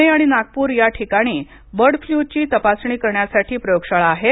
पुणे आणि नागपूर या ठिकाणी बर्ड फ्ल्यू ची तपासणी करण्यासाठी प्रयोगशाळा आहेत